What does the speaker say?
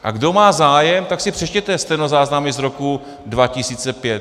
A kdo má zájem, tak si přečtěte stenozáznamy z roku 2005.